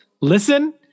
listen